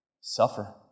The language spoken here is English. suffer